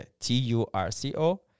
T-U-R-C-O